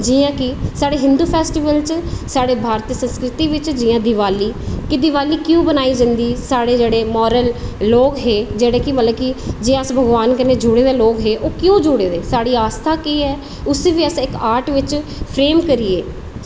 जियां की साढ़े हिंदु फेस्टीवल च साढ़े भारती संस्कृति बिच दिवाली की दिवाली क्युं बनाई जंदी साढ़े जेह्ड़े मोरल लोग हे जेह्ड़े की मतलब की जियां अस भगवान कन्नै जुड़े दे लोग हे क्यों जुड़े दे साढ़ी आस्था केह् ऐ उसी बी अस इक्क आर्ट बिच फ्रेम करियै